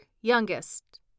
youngest